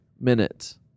minutes